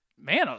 man